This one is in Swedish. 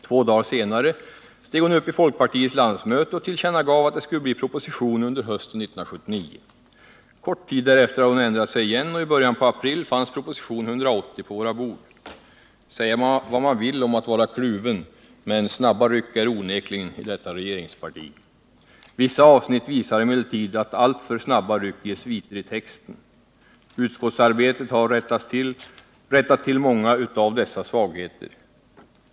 Två dagar senare steg hon upp vid folkpartiets landsmöte och tillkännagav att det skulle komma en proposition under hösten 1979. Kort tid därefter hade hon ändrat sig igen, och i början på april fanns propositionen 180 på våra bord. Säga vad man vill om att vara kluven, men snabba ryck är det onekligen i detta regeringsparti. Vissa avsnitt visar emellertid att alltför snabba ryck ger sviter i texten. Utskottsarbetet har rättat till många av dessa svagheter.